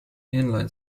inline